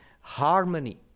harmony